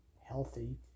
healthy